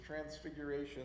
Transfiguration